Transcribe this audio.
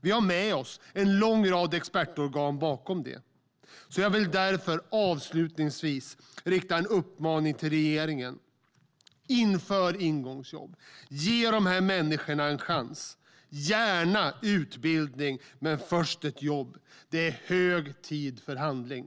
Vi har med oss en lång rad expertorgan i detta. Jag vill därför avslutningsvis rikta en uppmaning till regeringen. Inför ingångsjobb, och ge de här människorna en chans. Gärna utbildning, men först ett jobb. Det är hög tid för handling.